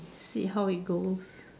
see how it goes